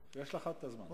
יש לך זמן.